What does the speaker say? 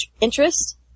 interest